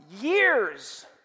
years